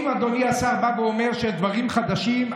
אם אדוני השר בא ואומר שיש דברים חדשים,